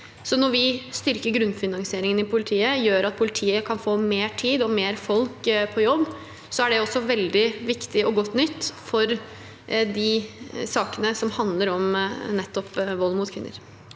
Når vi styrker grunnfinansieringen i politiet og med det gjør at politiet kan få mer tid og mer folk på jobb, er det også veldig viktig og godt nytt for de sakene som handler om nettopp vold mot kvinner.